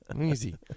Easy